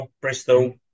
Bristol